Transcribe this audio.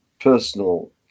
personal